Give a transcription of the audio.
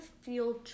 feel